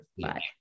Bye